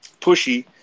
pushy